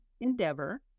endeavor